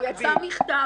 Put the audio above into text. יצא מכתב